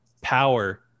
power